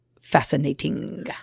fascinating